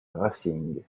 racing